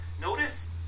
Notice